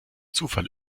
zufall